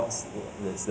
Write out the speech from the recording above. oh so